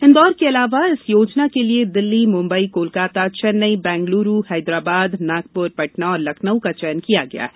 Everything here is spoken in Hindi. इंदौर के अलावा इस योजना के लिए दिल्ली मुंबई कोलकाता चैन्नई बैंगलुरु हैदराबाद नागपुर पटना और लखनऊ का चयन किया गया है